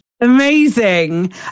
Amazing